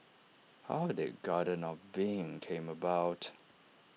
how did garden of being came about